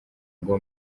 ngo